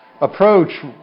approach